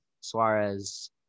Suarez